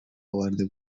آورده